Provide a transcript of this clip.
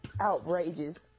outrageous